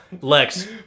Lex